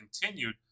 continued